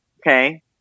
Okay